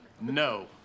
No